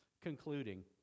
concluding